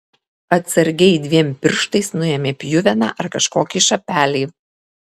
atsargiai dviem pirštais nuėmė pjuveną ar kažkokį šapelį